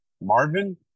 Marvin